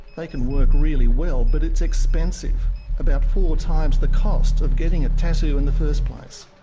they can work really well, but it's expensive, about four times the cost of getting a tattoo in the first place.